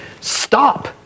stop